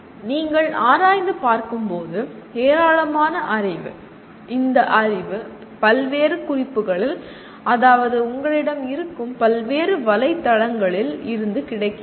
நீங்கள் ஆராய்ந்து பார்க்கும்போதுஏராளமான அறிவு இந்த அறிவு பல்வேறு குறிப்புகளில் அதாவது உங்களிடம் இருக்கும் பல்வேறு வலைத்தளங்களில் இருந்து கிடைக்கிறது